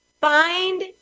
find